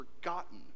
forgotten